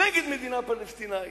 נגד מדינה פלסטינית,